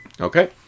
Okay